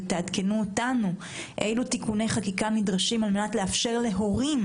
ותעדכנו אותנו אלו תיקוני חקיקה נדרשים כדי לאפשר להורים